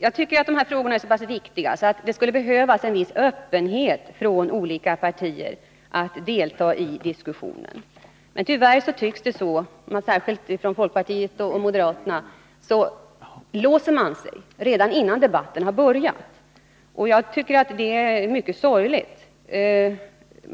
Jag tycker att dessa frågor är så pass viktiga att det skulle behövas en viss öppenhet från olika partier när det gäller att delta i diskussionen. Men tyvärr tycks man särskilt från folkpartiet och moderaterna låsa sig redan innan debatten har börjat, och det tycker jag är sorgligt.